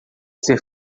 ser